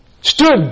Stood